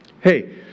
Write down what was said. Hey